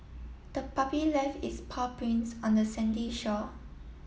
the puppy left its paw prints on the sandy shore